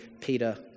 Peter